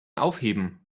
aufheben